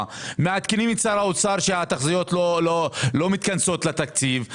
ומעדכנים את שר האוצר שהתחזיות לא מתכנסות לתקציב,